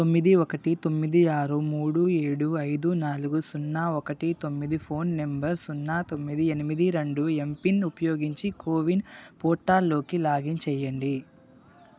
తొమ్మిది ఒకటి తొమ్మిది ఆరు మూడు ఏడు ఐదు నాలుగు సున్నా ఒకటి తొమ్మిది ఫోన్ నంబర్ సున్నా తొమ్మిది ఎనిమిది రెండు ఎంపిన్ ఉపయోగించి కోవిన్ పోర్టాల్లోకి లాగిన్ చెయ్యండి